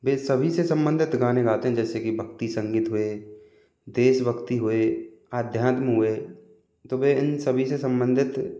वे सभी से संबंधित गाने गाते हैं जैसे की भक्ति संगीत हुए देश भक्ति हुए अध्यात्म हुए तो वह इन सभी से संबधित